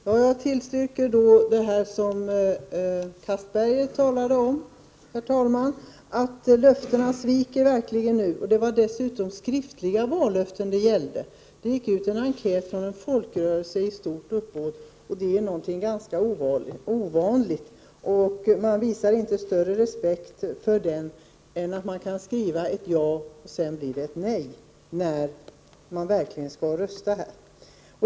Herr talman! Jag instämmer i det Anders Castberger sade — löftena sviks verkligen nu. Det var dessutom skriftliga vallöften det gällde. Det gick ut en enkät från en folkrörelse i ett stort uppbåd, och det är någonting ganska ovanligt. Men man visar inte större respekt för det än att man kan skriva ett ja och sedan blir det ett nej när man verkligen skall rösta här.